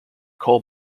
coal